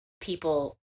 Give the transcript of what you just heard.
people